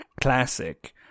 classic